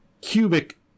cubic